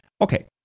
Okay